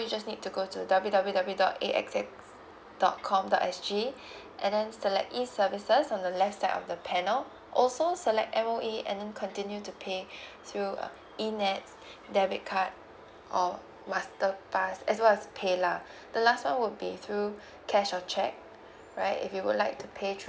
you just need to go to W W W dot A_X_S dot com dot S_G and then select E services on the left side of the panel also select M_O_E and then continue to pay through uh E net debit card or masterpass as well as paylah the last one would be through cash or cheque right if you would like to pay through